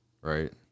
Right